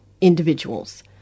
individuals